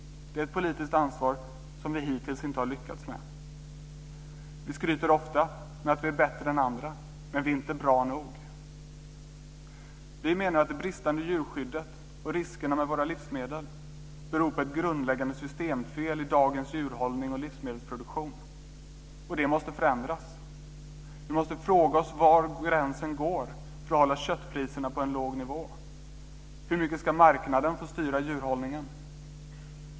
Det är ett politiskt ansvar som vi hittills inte har lyckats med. Vi skryter ofta om att vi är bättre än andra, men vi är inte bra nog. Enligt vår mening beror det bristande djurskyddet och riskerna med våra livsmedel på ett grundläggande systemfel i dagens djurhållning och livsmedelsproduktion, och det måste förändras. Vi måste fråga oss var gränsen går för att hålla köttpriserna på en låg nivå. Hur mycket ska marknaden få styra djurhållningen?